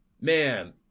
man